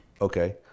Okay